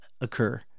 occur